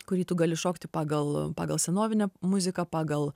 kurį tu gali šokti pagal pagal senovinę muziką pagal